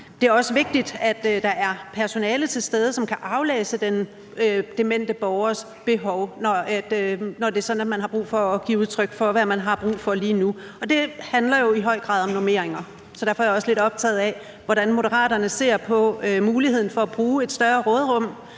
er det også vigtigt, at der er personale til stede, som kan aflæse den demente borgeres behov, når det er sådan, at man har brug for at give udtryk for, hvad det er, man har brug for lige nu. Det handler jo i høj grad om normeringer. Derfor er jeg også lidt optaget af, hvordan Moderaterne ser på muligheden for at bruge en større del